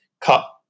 cut